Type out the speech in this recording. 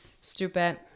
Stupid